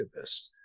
activists